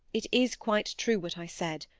it is quite true what i said.